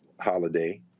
holiday